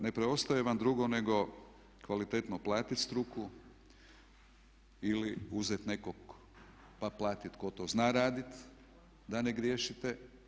Ne preostaje vam drugo nego kvalitetno platit struku ili uzet nekog pa platit tko to zna radit da ne griješite.